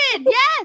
yes